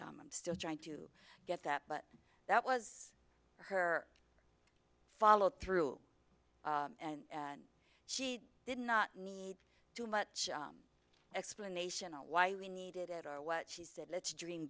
i'm still trying to get that but that was her follow through and she did not need too much explanation of why we needed it or what she said let's dream